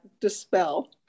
dispel